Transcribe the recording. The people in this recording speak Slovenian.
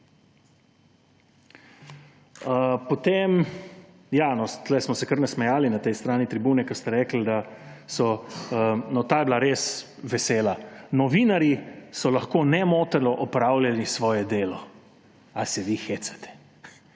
Potem … Ja no, tu smo se kar nasmejali, na tej strani tribune, ko ste rekli − no, ta je bila res vesela −, da novinarji so lahko nemoteno opravljali svoje delo. A se vi hecate?